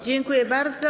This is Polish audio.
Dziękuję bardzo.